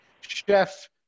chef